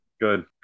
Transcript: Good